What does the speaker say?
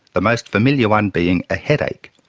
the most familiar one being a headache.